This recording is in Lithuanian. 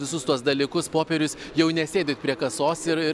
visus tuos dalykus popierius jau nesėdit prie kasos ir ir